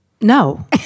No